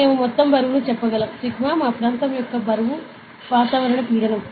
మేము మొత్తం బరువును చెప్పగలం సిగ్మా మా ప్రాంతం యొక్క బరువు వాతావరణ పీడనం